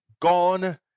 gone